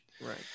Right